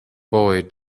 boy